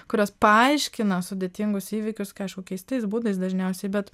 kurios paaiškina sudėtingus įvykius kažkokiais tais būdais dažniausiai bet